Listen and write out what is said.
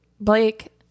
Blake